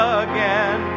again